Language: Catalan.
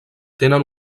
tenen